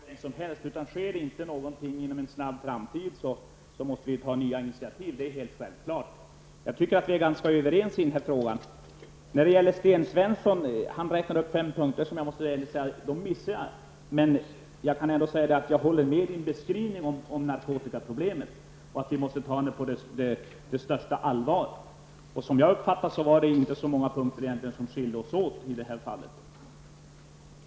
Herr talman! Vi har samma uppfattning i den här frågan, Rosa Östh. Vi har inte tid att avvakta hur länge som helst. Sker det inte någonting inom en snar framtid måste vi ta nya initiativ. Det är helt självklart. Jag anser att vi är ganska överens i den här frågan. Sten Svensson räknar upp fem punkter som jag har missat. Men jag kan ändå säga att jag håller med Sten Svensson i hans beskrivning av narkotikaproblemet och att vi måste ta det på största allvar. Som jag uppfattade det var det ändå inte så många punkter som skiljde oss åt i detta fall.